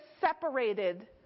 separated